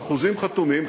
החוזים חתומים,